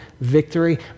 victory